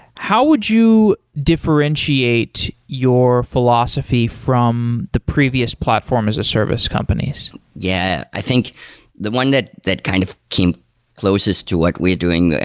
how would you differentiate your philosophy from the previous platform as a service companies? yeah. i think the one that that kind of came closest to what we're doing,